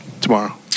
tomorrow